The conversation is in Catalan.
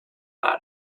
àrab